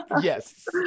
Yes